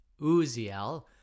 Uziel